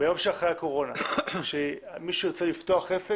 ביום שאחרי הקורונה, כשמישהו ירצה לפתוח עסק,